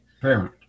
parent